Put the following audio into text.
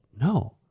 no